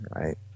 right